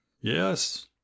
yes